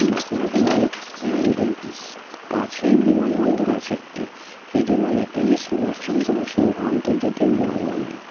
বাঁকুড়া জেলায় কাছের বিমানবন্দর আছে একটি সেইটি হলো নেতাজি সুভাষচন্দ্র বসু আন্তর্জাতিক বিমানবন্দর